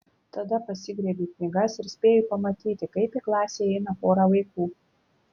tada pasigriebiu knygas ir spėju pamatyti kaip į klasę įeina pora vaikų